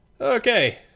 Okay